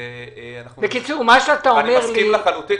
ואני מסכים לחלוטין